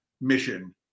mission